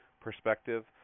perspective